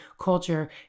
culture